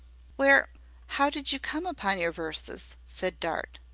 where how did you come upon your verses? said dart.